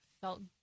felt